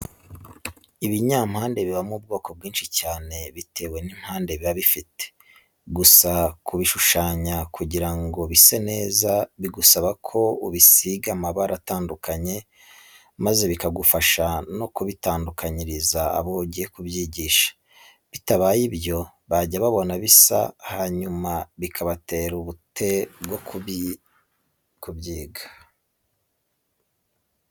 Ibinyampande bibamo ubwoko bwinshi cyane bitewe n'impande biba bifite. Gusa kubishushanya kugira ngo bise neza, bigusaba ko ubisiga amabara atandukanye maze bikagufasha no kubitandukanyiriza abo ugiye kubyigisha, bitabaye ibyo bajya babona bisa hanyuma bikabatera ubute bwo kubyiga.